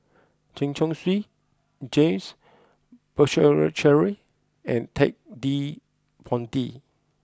Chen Chong Swee James Puthucheary and Ted De Ponti